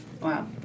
Wow